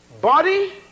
body